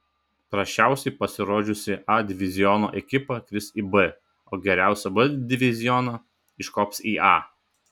prasčiausiai pasirodžiusi a diviziono ekipa kris į b o geriausia b diviziono iškops į a